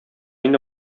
инде